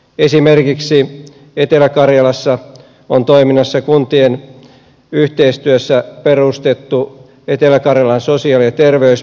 esimerkiksi etelä karjalassa on toiminnassa kuntien yhteistyössä perustettu etelä karjalan sosiaali ja terveyspiiri